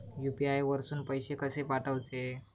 UPI वरसून पैसे कसे पाठवचे?